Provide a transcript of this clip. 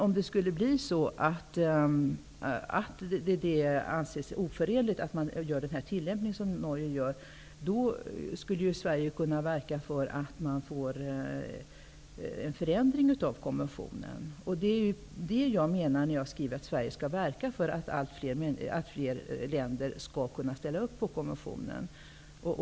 Om det skulle anses oförenligt med konventionen att göra den tolkning som Norge gör, skulle ju Sverige kunna verka för att få till stånd en förändring av konventionen. Det är detta jag menar när jag skriver att Sverige skall verka för att fler länder skall kunna ställa upp på konventionen.